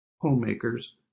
homemakers